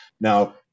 Now